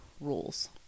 rules